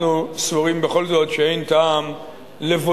אנחנו סבורים בכל זאת שאין טעם לבודד